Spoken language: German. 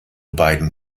beiden